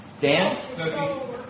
Dan